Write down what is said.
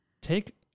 Take